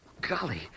Golly